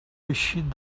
eixit